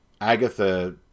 Agatha